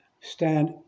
stand